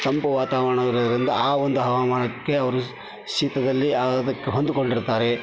ತಂಪು ವಾತಾವರಣವಿರೋದ್ರಿಂದ ಆ ಒಂದು ಹವಾಮಾನಕ್ಕೆ ಅವರು ಶೀತದಲ್ಲಿ ಅದಕ್ಕೆ ಹೊಂದಿಕೊಂಡಿರ್ತಾರೆ